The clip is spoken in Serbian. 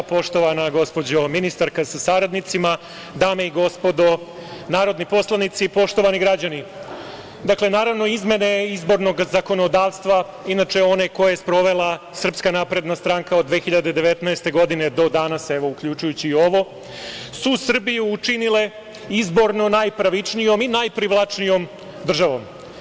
Poštovana gospođo ministarka sa saradnicima, dame i gospodo narodni poslanici, poštovani građani, izmene izbornog zakonodavstva inače one koje je sprovela SNS od 2019. godine do danas, evo uključujući i ovo, su Srbiju učinile izborno najpravičnijom i najprivlačnijom državom.